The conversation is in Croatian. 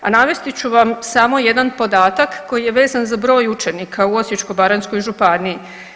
A navesti ću vam samo jedan podatak koji je vezan za broj učenika u Osječko-baranjskoj županiji.